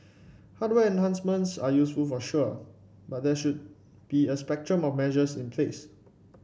hardware enhancements are useful for sure but there should be a spectrum of measures in place